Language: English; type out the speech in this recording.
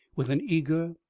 with an eager,